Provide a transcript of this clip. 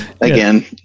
Again